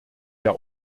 der